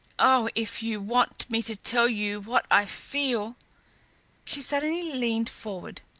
oh! if you want me to tell you what i feel she suddenly leaned forward,